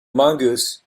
mongoose